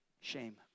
shame